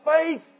faith